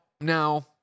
Now